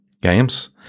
games